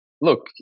Look